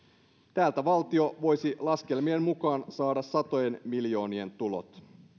täältä valtio voisi laskelmien mukaan saada satojen miljoonien tulot